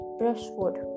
brushwood